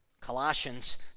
Colossians